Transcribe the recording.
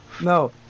no